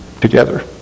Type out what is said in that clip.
together